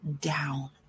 down